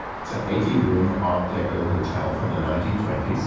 it's an eighty room art deco hotel from the nineteen twenty s.